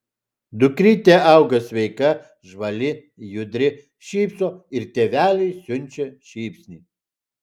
dukrytė auga sveika žvali judri šypso ir tėveliui siunčia šypsnį